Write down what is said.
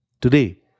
Today